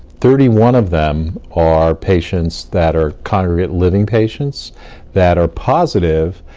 thirty one of them are patients that are congregant living patients that are positive,